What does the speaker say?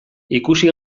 ikusi